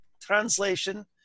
translation